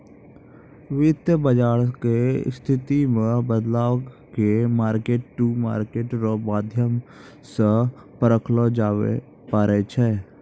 वित्त बाजार के स्थिति मे बदलाव के मार्केट टू मार्केट रो माध्यम से परखलो जाबै पारै छै